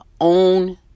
own